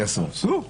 אסור.